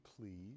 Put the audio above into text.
please